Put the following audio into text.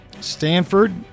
Stanford